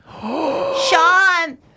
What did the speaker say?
Sean